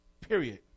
period